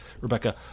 Rebecca